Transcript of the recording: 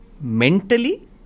mentally